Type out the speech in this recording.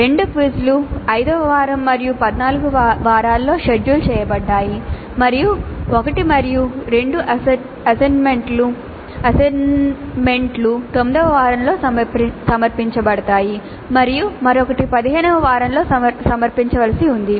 2 క్విజ్లు 5 వ వారం మరియు 14 వ వారాలలో షెడ్యూల్ చేయబడ్డాయి మరియు 1 మరియు 2 అసైన్మెంట్లు 9 వ వారంలో సమర్పించబడతాయి మరియు మరొకటి 15 వ వారంలో సమర్పించవలసి ఉంది